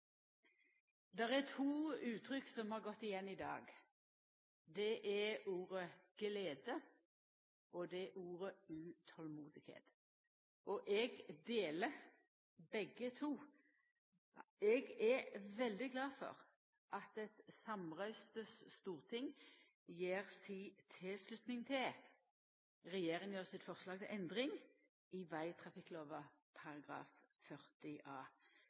Det er to uttrykk som har gått igjen i dag. Det er ordet «glede», og det er ordet «utolmod», og eg deler begge to. Eg er veldig glad for at eit samrøystes storting gjev si tilslutning til regjeringa sitt forslag til endring i vegtrafikklova